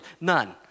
None